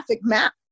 map